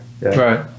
right